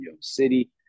city